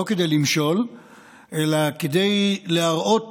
לא כדי למשול אלא כדי להראות